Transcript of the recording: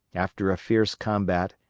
after a fierce combat,